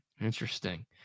Interesting